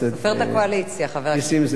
הוא סופר את הקואליציה, חבר הכנסת זאב.